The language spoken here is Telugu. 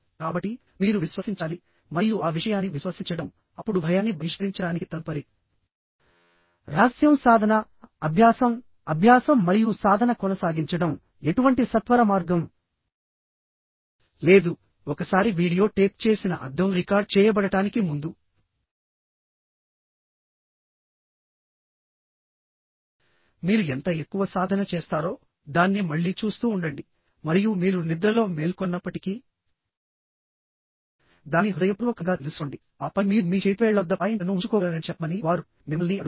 కాబట్టి మీరు విశ్వసించాలి మరియు ఆ విషయాన్ని విశ్వసించడం అప్పుడు భయాన్ని బహిష్కరించడానికి తదుపరి రహస్యం సాధన అభ్యాసం అభ్యాసం మరియు సాధన కొనసాగించడం ఎటువంటి సత్వరమార్గం లేదు ఒకసారి వీడియో టేప్ చేసిన అద్దం రికార్డ్ చేయబడటానికి ముందు మీరు ఎంత ఎక్కువ సాధన చేస్తారో దాన్ని మళ్ళీ చూస్తూ ఉండండి మరియు మీరు నిద్రలో మేల్కొన్నప్పటికీ దాన్ని హృదయపూర్వకంగా తెలుసుకోండి ఆపై మీరు మీ చేతివేళ్ల వద్ద పాయింట్లను ఉంచుకోగలరని చెప్పమని వారు మిమ్మల్ని అడుగుతున్నారు